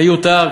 מיותר.